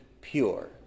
pure